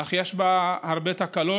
אך יש בה הרבה תקלות,